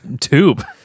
tube